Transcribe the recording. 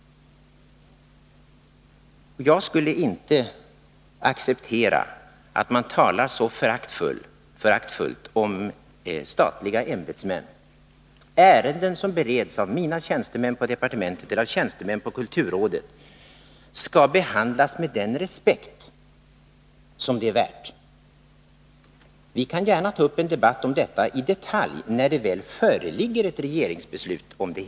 Jag kan inte acceptera att man talar så föraktfullt om statliga ämbetsmän. Ärenden som bereds av mina tjänstemän på departementet eller av tjänstemän på kulturrådet skall behandlas med den respekt som de är värda. Vi kan gärna ta upp en debatt om den här saken i detalj när det väl föreligger ett regeringsbeslut i ärendet.